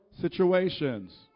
situations